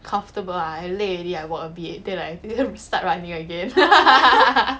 comfortable ah I 累 already I walk a bit then like we start running again